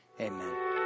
Amen